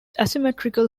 asymmetrical